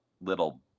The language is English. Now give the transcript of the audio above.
little